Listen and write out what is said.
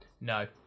No